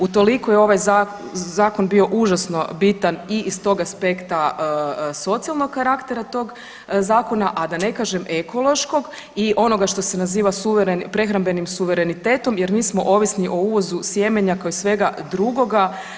Utoliko je ovaj zakon bio užasno bitan i s tog aspekta socijalnog karaktera tog zakona, a da ne kažem ekološkog i onoga što se naziva prehrambenim suverenitetom jer mi ovisni o uvozu sjemenja kao i svega drugoga.